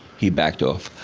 he backed off.